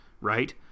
right